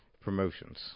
promotions